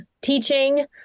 teaching